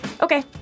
Okay